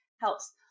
helps